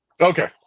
Okay